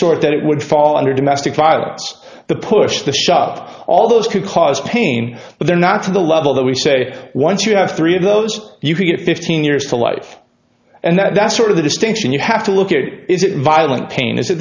sort that it would fall under domestic violence the push to shop all those could cause pain but they're not to the level that we say once you have three of those you can get fifteen years to life and that's sort of the distinction you have to look at it is it violent pain is